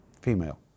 Female